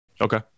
Okay